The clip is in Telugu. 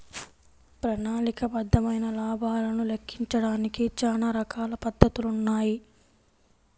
ప్రణాళికాబద్ధమైన లాభాలను లెక్కించడానికి చానా రకాల పద్ధతులున్నాయి